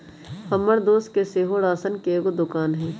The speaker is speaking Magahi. हमर दोस के सेहो राशन के एगो दोकान हइ